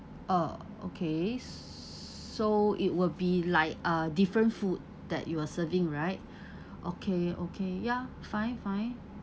uh okay so it will be like a different food that you are serving right okay okay ya fine fine